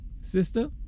sister